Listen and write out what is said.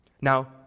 Now